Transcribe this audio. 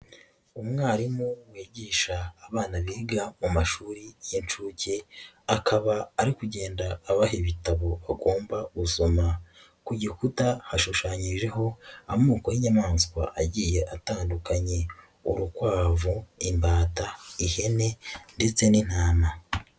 Umwarimu wigisha abana biga mu mashuri y'inshuke, akaba ari kugenda abaha ibitabo bagomba gusoma, ku gikuta hashushanyijeho, amoko y'inyamaswa agiye atandukanyekanye, urukwavu, imbata, ihene ndetse n'intama.